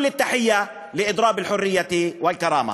כל הכובד על שביתת החופש והכבוד.)